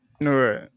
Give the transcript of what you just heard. right